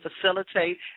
facilitate